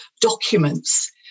documents